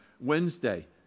Wednesday